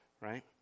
right